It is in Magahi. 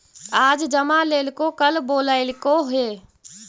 आज जमा लेलको कल बोलैलको हे?